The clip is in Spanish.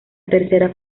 tercera